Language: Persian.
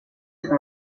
خنده